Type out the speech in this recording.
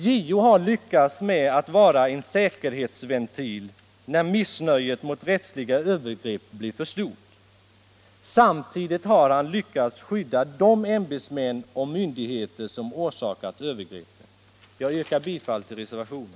JO har lyckats med att vara en säkerhetsventil när missnöjet mot rättsliga övergrepp blir för stort. Samtidigt har han lyckats skydda de ämbetsmän och myndigheter som orsakat övergreppen. Jag yrkar bifall till reservationen.